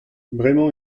bremañ